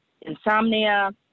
insomnia